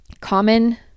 common